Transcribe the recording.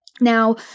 Now